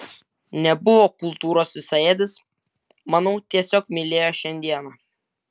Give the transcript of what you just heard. nebuvo kultūros visaėdis manau tiesiog mylėjo šiandieną